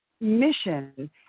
mission